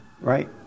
right